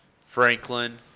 Franklin